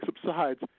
subsides